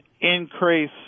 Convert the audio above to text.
increase